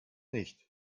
nicht